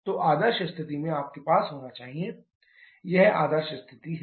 तो आदर्श स्थिति में आपके पास होना चाहिए P3T3P2T2 यह आदर्श स्थिति है